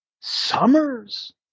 summers